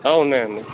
ఉన్నాయండి